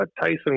Tyson